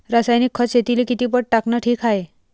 रासायनिक खत शेतीले किती पट टाकनं ठीक हाये?